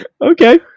okay